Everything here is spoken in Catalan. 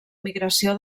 migració